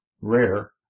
rare